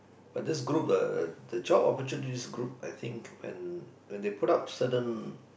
but this group uh the job opportunities this group I think when when they put up certain